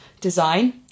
design